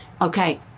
Okay